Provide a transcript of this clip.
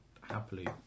happily